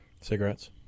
Cigarettes